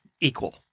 equal